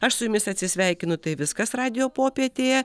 aš su jumis atsisveikinu tai viskas radijo popietėje